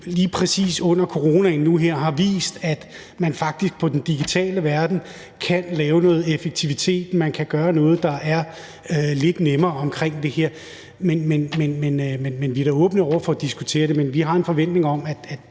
lige præcis nu her under coronaen har vist, at man faktisk i den digitale verden kan lave noget effektivitet, at man kan gøre noget, der er lidt nemmere omkring det her. Vi er åbne over for at diskutere det, men vi har en forventning om, at